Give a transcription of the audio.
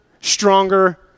stronger